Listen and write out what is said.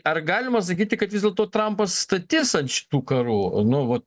ar galima sakyti kad vis dėlto trampas statis ant šitų karų nu vot